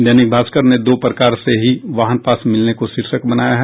दैनिक भास्कर ने दो प्रकार से हीं वाहन पास मिलने को शीर्षक बनाया है